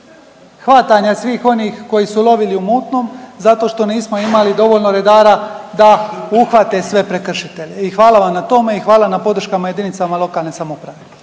hvatanja svih onih koji su lovili u mutnom zato što nismo imali dovoljno redara da uhvate sve prekršitelje i hvala vam na tome i hvala na podrškama JLS. **Reiner, Željko